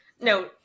no